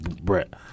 Brett